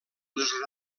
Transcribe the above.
les